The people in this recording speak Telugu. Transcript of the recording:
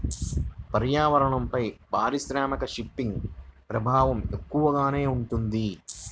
పర్యావరణంపైన పారిశ్రామిక ఫిషింగ్ ప్రభావం ఎక్కువగానే ఉంటుంది